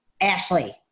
Ashley